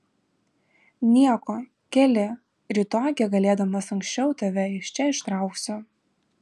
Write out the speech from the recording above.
nieko keli rytoj kiek galėdamas anksčiau tave iš čia ištrauksiu